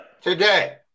Today